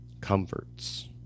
Comforts